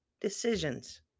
decisions